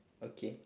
okay